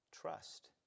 trust